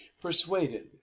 PERSUADED